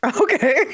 okay